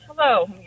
Hello